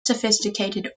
sophisticated